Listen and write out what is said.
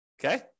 Okay